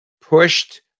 pushed